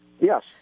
Yes